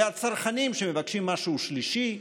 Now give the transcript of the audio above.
והצרכנים שמבקשים משהו שלישי,